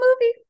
movie